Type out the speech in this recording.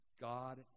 God